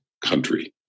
country